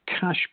cash